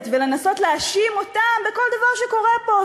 ולנסות להאשים אותם בכל דבר שקורה פה.